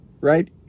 Right